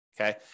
Okay